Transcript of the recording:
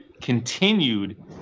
continued